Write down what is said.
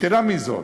יתרה מזאת,